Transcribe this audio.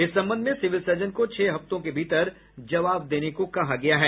इस संबंध में सिविल सर्जन को छह हफ्तों के भीतर जवाब देने को कहा गया है